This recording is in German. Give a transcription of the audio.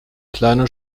kleiner